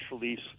release